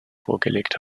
vorgelegt